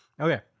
Okay